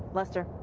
lester?